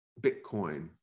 Bitcoin